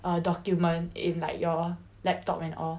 a document in like your laptop and all